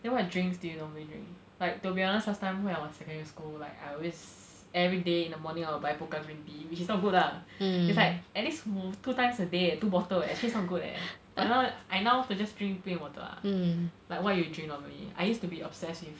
then what drinks do you normally drink like to be honest last time when I was in secondary school like I always everyday in the morning I will buy Pokka green tea which is not good lah it's like at least two times a day eh two bottles eh actually it's not good eh but now I now just drink plain water ah like what you drink normally I used to be obsessed with